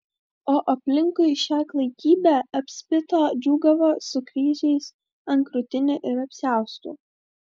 o aplinkui šią klaikybę apspitę džiūgavo su kryžiais ant krūtinių ir apsiaustų